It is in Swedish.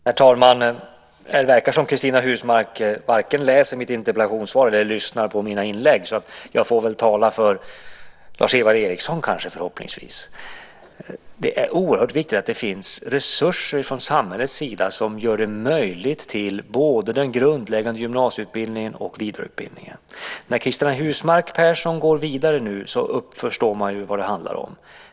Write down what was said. Herr talman! Det verkar som om Cristina Husmark Pehrsson varken läser mitt interpellationssvar eller lyssnar på mina inlägg. Jag får väl tala för Lars-Ivar Ericson förhoppningsvis. Det är oerhört viktigt att det finns resurser från samhällets sida för både den grundläggande gymnasieutbildningen och vidareutbildningen. När Cristina Husmark Pehrsson går vidare förstår man vad det handlar om.